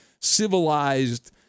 civilized